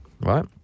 right